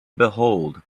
behold